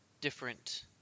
different